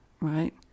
right